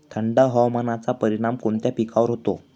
थंड हवामानाचा परिणाम कोणत्या पिकावर होतो?